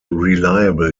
reliable